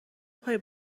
پای